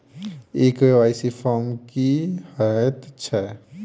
ई KYC form की हएत छै?